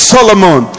Solomon